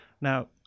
Now